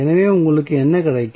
எனவே உங்களுக்கு என்ன கிடைக்கும்